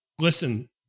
Listen